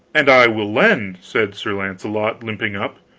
and i will lend! said sir launcelot, limping up.